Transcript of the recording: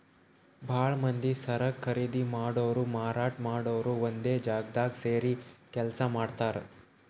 ಭಾಳ್ ಮಂದಿ ಸರಕ್ ಖರೀದಿ ಮಾಡೋರು ಮಾರಾಟ್ ಮಾಡೋರು ಒಂದೇ ಜಾಗ್ದಾಗ್ ಸೇರಿ ಕೆಲ್ಸ ಮಾಡ್ತಾರ್